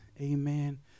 Amen